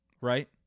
Right